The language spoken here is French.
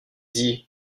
dit